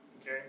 Okay